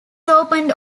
opened